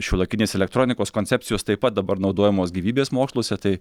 šiuolaikinės elektronikos koncepcijos taip pat dabar naudojamos gyvybės moksluose tai